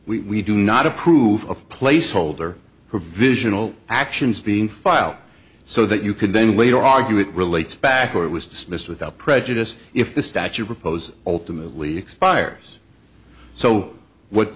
says we do not approve of placeholder provisional actions being filed so that you can then later argue it relates back where it was dismissed without prejudice if the statute propose ultimately expires so what